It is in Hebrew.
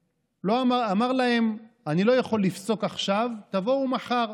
ואמר להם, אני לא יכול לפסוק עכשיו, תבואו מחר,